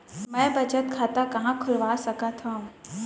मै बचत खाता कहाँ खोलवा सकत हव?